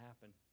happen